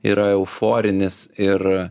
yra euforinis ir